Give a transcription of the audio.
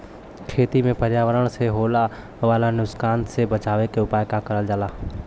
खेती में पर्यावरण से होए वाला नुकसान से बचावे के उपाय करल जाला